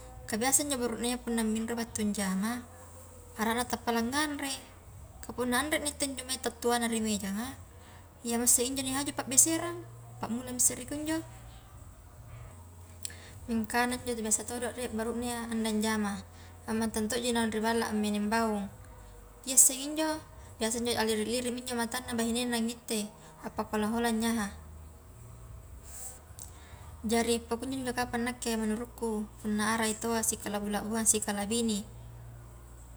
Kah biasa injo burunea punna minroi battu njama, arana tappa la nganre, kah punna anre naitte injo mai ta tuana ri mejanga, iyamisse injo nihaju pabeserang, pammulami isse ri kunjo, mingka anu intu biasa todo, rie burune a ande njama, ammantang to ji naung ri balla a meneng baung, iyasseng injo biasa injo a liri-lirimi njo matana bahinenna ngittei appaka holang-holang nyaha, jari pakkunjo njo kapang nakke menurutku punna arai taua sikalabbu-labbuang sikalabine.